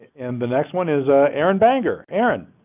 and the next one is ah aaron banger, aaron?